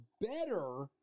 better